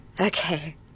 okay